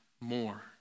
more